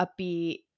upbeat